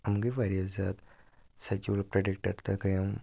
یِم گٔے واریاہ زیادٕ سیکیوٗل پرٛڈِکٹَر تہٕ گٔے یِم